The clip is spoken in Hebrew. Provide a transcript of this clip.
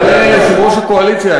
אדוני יושב-ראש הקואליציה,